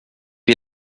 you